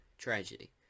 tragedy